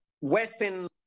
Western